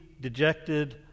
dejected